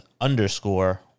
underscore